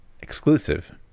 exclusive